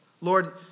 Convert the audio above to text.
Lord